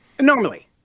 Normally